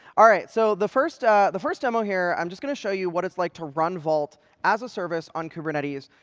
all right. so the first the first demo here, i'm just going to show you what it's like to run vault as a service on kubernetes,